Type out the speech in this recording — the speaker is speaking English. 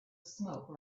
smoke